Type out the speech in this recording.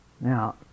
Now